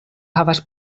havas